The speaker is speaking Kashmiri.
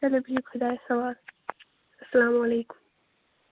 چَلو بِہِو خُدایَس حَوال اَسلامُ عَلیکُم